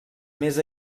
més